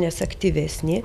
nes aktyvesni